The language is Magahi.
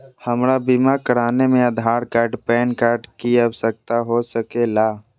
हमरा बीमा कराने में आधार कार्ड पैन कार्ड की आवश्यकता हो सके ला?